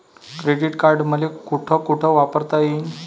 Credit card मले कोठ कोठ वापरता येईन?